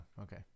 okay